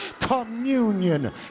communion